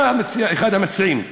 אתה אחד המציעים.